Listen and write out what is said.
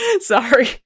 Sorry